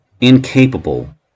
incapable